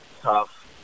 Tough